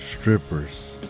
strippers